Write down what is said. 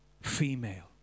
female